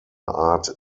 art